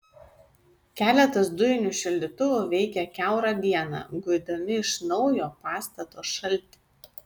keletas dujinių šildytuvų veikė kiaurą dieną guidami iš naujo pastato šaltį